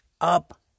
up